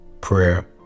prayer